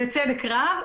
בצדק רב,